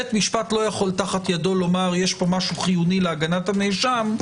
בית המשפט לא יכול תחת ידו לומר: יש פה משהו חיוני להגנת הנאשם.